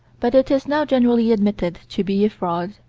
but it is now generally admitted to be a fraud.